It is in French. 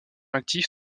active